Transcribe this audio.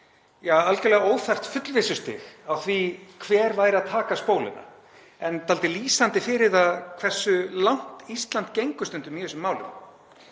Algerlega óþarft fullvissustig á því hver væri að taka spóluna, en dálítið lýsandi fyrir það hversu langt Ísland gengur stundum í þessum málum.